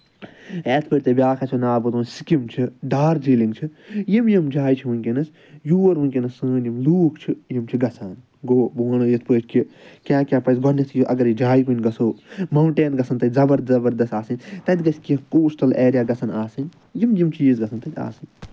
یتھ پٲٹھۍ توہہِ بیٛاکھ آسِوٕ ناو بوٗزمُت سِکِم چھِ ڈارجیٖلِنٛگ چھِِ یِم یِم جایہِ چھِ وٕنۍکٮ۪نَس یور وٕنۍکٮ۪نَس سٲنۍ یِم لوٗکھ چھِ یِم چھِ گژھان گوٚو بہٕ وَنو یِتھ پٲٹھۍ کہِ کیاہ کیاہ پَزِ گۄڈٕنٮ۪تھٕے اَگر یہِ جایہِ کُن گژھو ماوُنٛٹین گژھن تَتہِ زَبر زَبردست آسٕنۍ تِتہِ گژھِ کیٚنہہ کوسٹَل اٮ۪ریا گژھن آسٕنۍ یِم یِم چیٖز گژھن تَتہِ آسٕنۍ